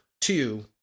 two